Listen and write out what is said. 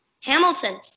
Hamilton